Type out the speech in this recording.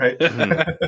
right